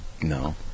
No